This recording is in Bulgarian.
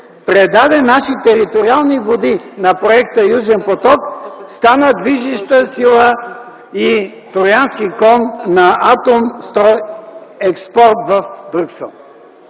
Предаде наши териториални води на проекта „Южен поток”. Стана движеща сила и троянски кон на „Атомстройекспорт” в Брюксел.